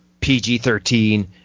PG-13